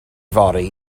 fory